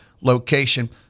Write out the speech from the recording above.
location